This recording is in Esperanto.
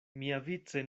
miavice